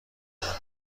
بیام